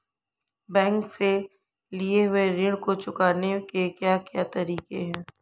Bank से लिए हुए ऋण को चुकाने के क्या क्या तरीके हैं?